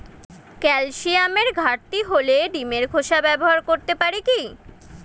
ক্যালসিয়ামের ঘাটতি হলে ডিমের খোসা ব্যবহার করতে পারি কি?